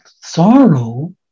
sorrow